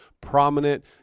prominent